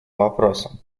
вопросу